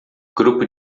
grupo